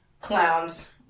Clowns